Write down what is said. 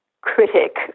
critic